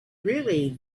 really